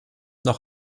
noch